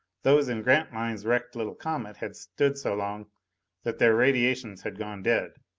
those in grantline's wrecked little comet had stood so long that their radiations had gone dead.